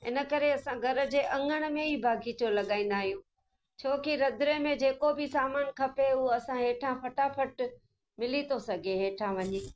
इन करे असां घर जे अंगण में ई बाग़ीचो लॻाईंदा आहियूं छोकी रंधिणे में जेको बि सामान खपे उहा असां हेठा फटाफट मिली थो सघे हेठा वञी